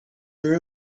their